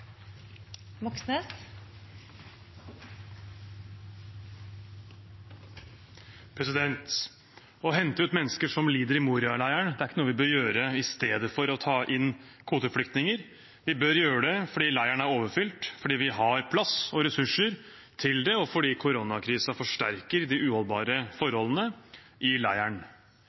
ikke noe vi bør gjøre i stedet for å ta inn kvoteflyktninger. Vi bør gjøre det fordi leiren er overfylt, fordi vi har plass og ressurser til det, og fordi koronakrisen forsterker de uholdbare forholdene i